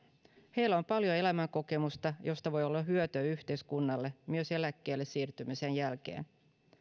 heillä on paljon elämänkokemusta josta voi olla hyötyä yhteiskunnalle myös eläkkeelle siirtymisen jälkeen